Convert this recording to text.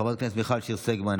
חברת הכנסת מיכל שיר סגמן,